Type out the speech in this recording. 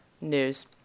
news